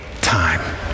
time